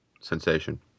sensation